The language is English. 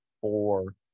four